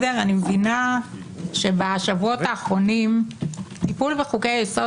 אני מבינה שבשבועות האחרונים טיפול בחוקי-יסוד